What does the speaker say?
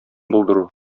булдыру